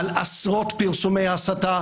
על עשרות פרסומי הסתה,